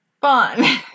Fun